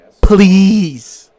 please